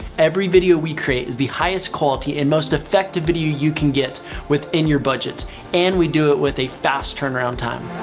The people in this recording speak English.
every video we create is the highest quality and most effective video you can get within your budget and we do it with a fast turnaround time.